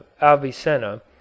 avicenna